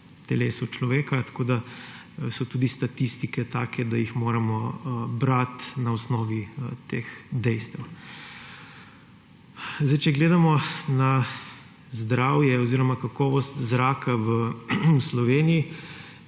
telesu človeka. Tako so tudi statistike take, da jih moramo brati na osnovi teh dejstev. Če gledamo na zdravje oziroma kakovost zraka v Sloveniji